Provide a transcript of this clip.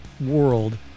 world